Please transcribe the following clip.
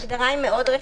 ההגדרה היא מאוד רחבה.